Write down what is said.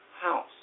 house